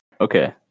Okay